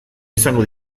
izango